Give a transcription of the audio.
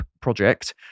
project